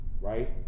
right